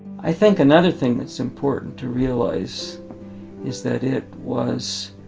i think another thing that's important to realize is that it was